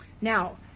Now